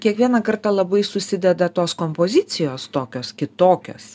kiekvieną kartą labai susideda tos kompozicijos tokios kitokios